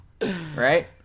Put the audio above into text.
right